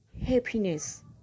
happiness